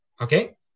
Okay